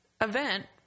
event